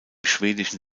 schwedischen